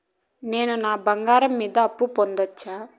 నేను బంగారం మీద అప్పు పొందొచ్చా?